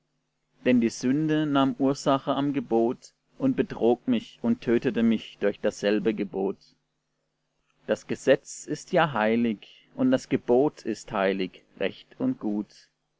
denn die sünde nahm ursache am gebot und betrog mich und tötete mich durch dasselbe gebot das gesetz ist ja heilig und das gebot ist heilig recht und gut